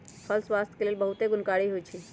फल स्वास्थ्य के लेल बहुते गुणकारी होइ छइ